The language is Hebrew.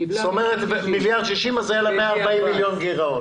אז היה לה גירעון של 140 מיליון.